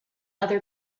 other